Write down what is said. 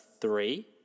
three